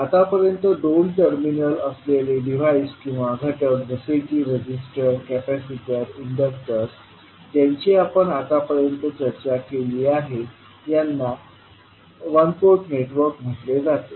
आतापर्यंत दोन टर्मिनल असलेले डिव्हाइस किंवा घटक जसे की रेझिस्टर्स कॅपेसिटर इंडक्टर्स ज्यांची आपण आतापर्यंत चर्चा केली आहे यांना वन पोर्ट नेटवर्क म्हटले जाते